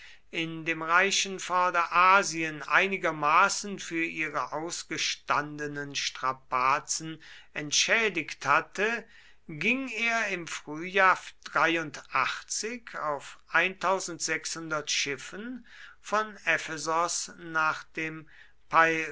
in dem reichen vorderasien einigermaßen für ihre ausgestandenen strapazen entschädigt hatte ging er im frühjahr auf schiffen von ephesos nach dem